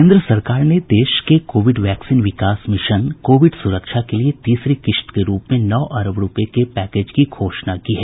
केंद्र सरकार ने देश के कोविड वैक्सीन विकास मिशन कोविड सूरक्षा के लिए तीसरी किश्त के रूप में नौ अरब रुपये के पैकेज की घोषणा की है